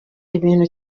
ibintu